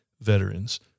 veterans